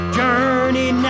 journey